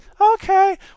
Okay